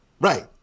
Right